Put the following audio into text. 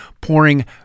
pouring